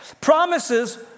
promises